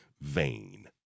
vain